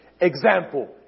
example